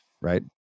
right